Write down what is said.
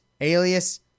Alias